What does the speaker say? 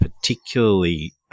Particularly